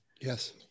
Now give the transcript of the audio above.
Yes